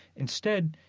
instead,